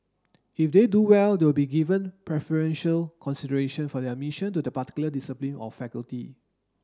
if they do well they will be given preferential consideration for their mission to the particular discipline or faculty